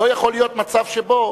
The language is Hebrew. לא יכול להיות מצב שבו,